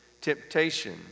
temptation